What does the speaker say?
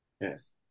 Yes